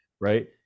right